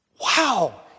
Wow